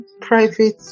private